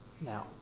Now